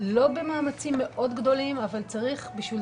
לא במאמצים מאוד גדולים אבל צריך בשביל